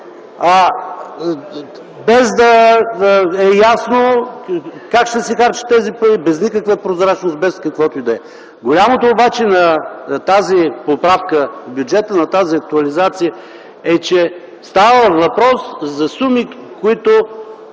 без да е ясно как ще се харчат тези пари, без никаква прозрачност, без каквото и да е. Тази поправка на бюджета обаче, на тази актуализация, че става въпрос за суми, които